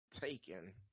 taken